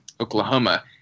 Oklahoma